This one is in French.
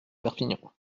perpignan